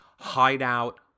hideout